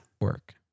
Work